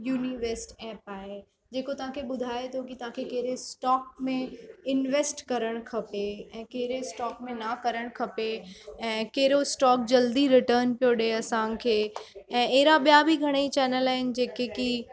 Univest app आहे जेको तव्हांखे ॿुधाए थो की तव्हांखे कहिड़े स्टॉक में इन्वैस्ट करणु खपे ऐं कहिड़े स्टॉक में न करणु खपे ऐं कहिड़ो स्टोक जल्दी रिटर्न पियो ॾे असांखे ऐं अहिड़ा ॿिया बि घणेई चैनल आहिनि जेके की